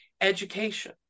education